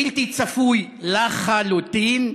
בלתי צפוי לחלוטין.